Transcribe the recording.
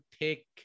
take